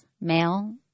male